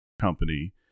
company